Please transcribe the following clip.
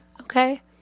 Okay